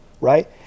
Right